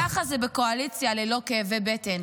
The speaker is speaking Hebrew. ככה זה בקואליציה ללא כאבי בטן,